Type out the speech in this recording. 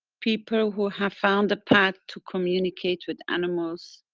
people who have found a path to communicate with animals,